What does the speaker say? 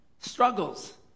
struggles